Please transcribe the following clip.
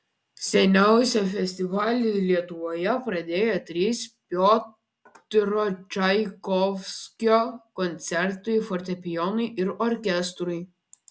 seniausią festivalį lietuvoje pradėjo trys piotro čaikovskio koncertai fortepijonui ir orkestrui